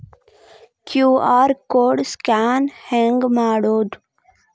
QR code scan ಹೆಂಗ್ ಮಾಡೋದು?